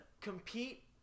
compete